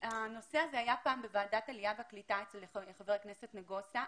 הנושא הזה היה פעם בוועדת העלייה והקליטה אצל חבר הכנסת נגוסה.